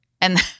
And-